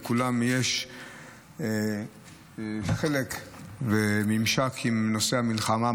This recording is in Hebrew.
לכולם יש חלק וממשק עם נושא המלחמה,